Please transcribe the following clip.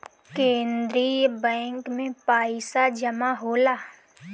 केंद्रीय बैंक में पइसा जमा होला